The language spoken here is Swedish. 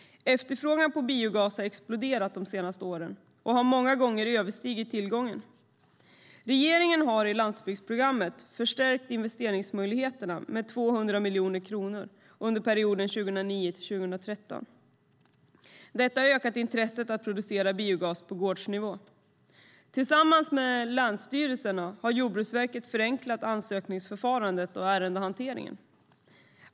Efterfrågan på biogas har exploderat de senaste åren och har många gånger överstigit tillgången. Regeringen har i landsbygdsprogrammet förstärkt investeringsmöjligheterna med 200 miljoner kronor under perioden 2009-2013. Detta har ökat intresset att producera biogas på gårdsnivå. Tillsammans med länsstyrelserna har Jordbruksverket förenklat ansökningsförfarandet och ärendehanteringen.